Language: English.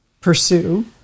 pursue